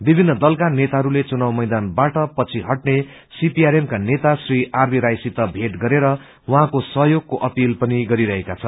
विमिन्न दलका नेताहरू चुनाव मैदानबाट पछि हट्ने सीपीआरएमका नेता श्री आरबी राईसित भेट गरेर उहाँको सहयोगको अपील पनि गरिरहेका छन्